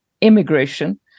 immigration